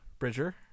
Bridger